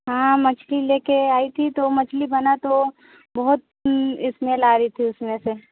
हाँ मछली ले कर आई थी तो मछली बना तो बहुत इस्मेल आ रही थी उस में से